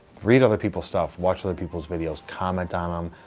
read other people's stuff, watch other people's videos, comment on um